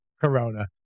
Corona